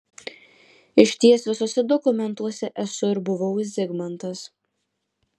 išties visuose dokumentuose esu ir buvau zigmantas